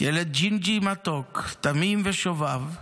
ילד ג'ינג'י מתוק, תמים ושובב,